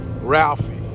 Ralphie